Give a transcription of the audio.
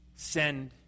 Send